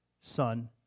Son